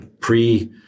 pre